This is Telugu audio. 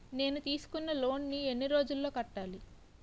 నేను తీసుకున్న లోన్ నీ ఎన్ని రోజుల్లో కట్టాలి?